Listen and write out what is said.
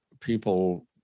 people